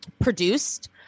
produced